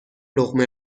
لقمه